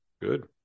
Good